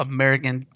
American